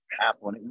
Apple